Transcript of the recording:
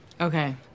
Okay